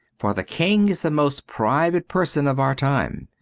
for the king is the most private person of our time.